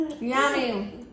Yummy